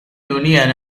union